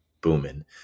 booming